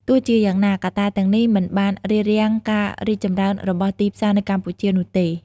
ទោះជាយ៉ាងណា កត្តាទាំងនេះមិនបានរារាំងការរីកចម្រើនរបស់ ទីផ្សារ នៅកម្ពុជានោះទេ។